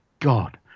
God